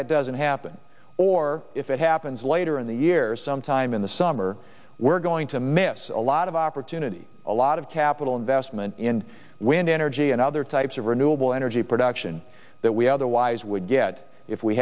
that doesn't happen or if it happens later in the year sometime in the summer we're going to miss a lot of opportunity a lot of capital investment in wind energy and other types of renewable energy production that we otherwise would get if we